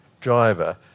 driver